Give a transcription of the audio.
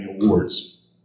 Awards